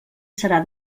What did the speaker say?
serà